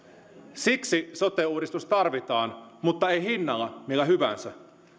siksi sote uudistus tarvitaan mutta ei hinnalla millä hyvänsä